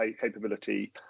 capability